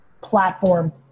platform